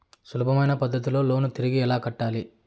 సులభమైన పద్ధతిలో లోను తిరిగి ఎలా కట్టాలి